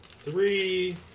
three